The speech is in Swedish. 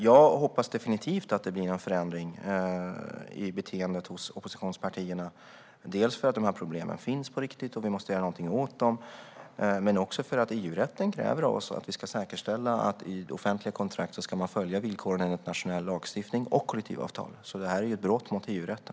Jag hoppas definitivt att det blir en förändring i beteendet hos oppositionspartierna, dels för att problemen finns på riktigt och för att vi måste göra något åt dem, dels för att EU-rätten kräver att vi ska säkerställa att man i offentliga kontrakt ska följa villkoren enligt nationell lagstiftning och kollektivavtal. Annars är det alltså ett brott mot EU-rätten.